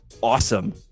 awesome